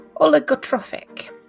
oligotrophic